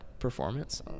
performance